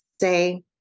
say